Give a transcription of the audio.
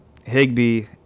higby